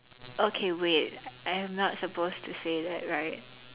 okay wait I am not supposed to say that right